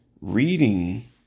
reading